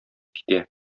китә